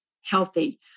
healthy